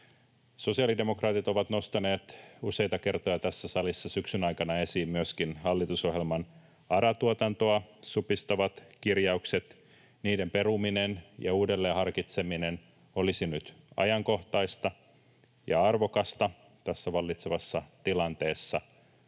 Sosiaalidemokraatit ovat nostaneet useita kertoja tässä salissa syksyn aikana esiin myöskin hallitusohjelman ARA-tuotantoa supistavat kirjaukset. Niiden peruminen ja uudelleen harkitseminen olisi nyt ajankohtaista ja arvokasta tässä vallitsevassa tilanteessa.